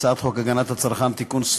הצעת חוק הגנת הצרכן (תיקון,